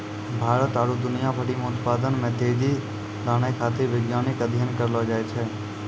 भारत आरु दुनिया भरि मे उत्पादन मे तेजी लानै खातीर वैज्ञानिक अध्ययन करलो जाय छै